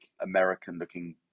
American-looking